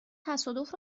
تصادف